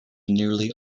nearly